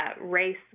race